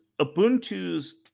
Ubuntu's